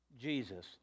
Jesus